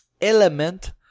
element